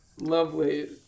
lovely